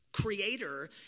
creator